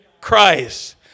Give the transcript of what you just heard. Christ